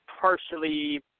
partially